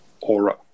Aura